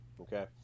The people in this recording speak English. okay